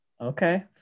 Okay